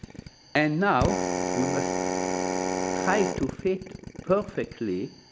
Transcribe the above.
and now we must try to fit perfectly